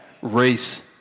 race